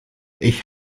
ich